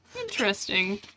Interesting